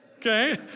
Okay